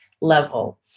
level